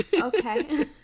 Okay